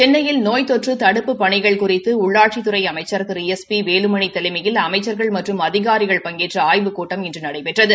சென்னையில் நோய் தொற்று தடுப்புப் பணிகள் குறித்து உள்ளாட்சித்துறை அமைச்ச் திரு எஸ் பி வேலுமணி தலைமையில் அமைச்சாகள் மற்றும் அதிகாரிகள் பங்கேற்ற ஆய்வுக்கூட்டம் இன்று நடைபெற்றது